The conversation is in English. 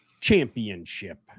championship